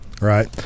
right